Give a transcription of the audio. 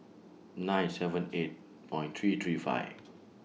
nine seven eight Point three three five